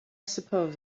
suppose